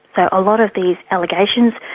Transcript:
a lot of these allegations,